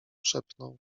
szepnął